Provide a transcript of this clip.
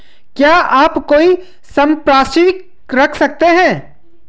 क्या आप कोई संपार्श्विक रख सकते हैं?